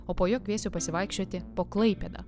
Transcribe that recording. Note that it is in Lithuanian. o po jo kviesiu pasivaikščioti po klaipėdą